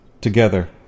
together